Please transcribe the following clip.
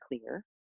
clear